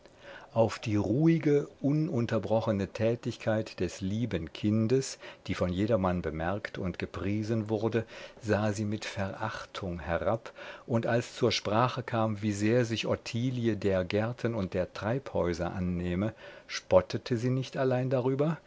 auf die ruhige ununterbrochene tätigkeit des lieben kindes die von jedermann bemerkt und gepriesen wurde sah sie mit verachtung herab und als zur sprache kam wie sehr sich ottilie der gärten und der treibhäuser annehme spottete sie nicht allein darüber